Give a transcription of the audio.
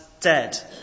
dead